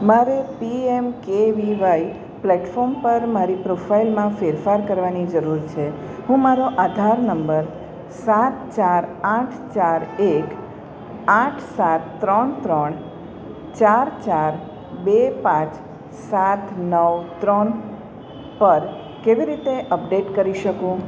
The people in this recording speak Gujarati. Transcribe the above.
મારે પીએમ કેવીવાય પ્લેટફોર્મ પર મારી પ્રોફાઇલમાં ફેરફાર કરવાની જરૂર છે હું મારો આધાર નંબર સાત ચાર આઠ ચાર એક આઠ સાત ત્રણ ત્રણ ચાર ચાર બે પાંચ સાત નવ ત્રણ પર કેવી રીતે અપડેટ કરી શકું